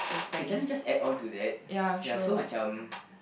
K can I just add on to that ya so macam